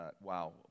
wow